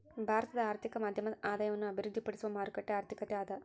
ಭಾರತದ ಆರ್ಥಿಕತೆ ಮಧ್ಯಮ ಆದಾಯವನ್ನ ಅಭಿವೃದ್ಧಿಪಡಿಸುವ ಮಾರುಕಟ್ಟೆ ಆರ್ಥಿಕತೆ ಅದ